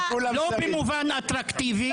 גילה גמליאל.